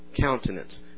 countenance